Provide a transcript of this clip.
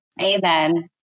Amen